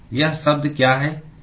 यह शब्द क्या है